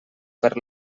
per